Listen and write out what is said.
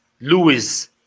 Lewis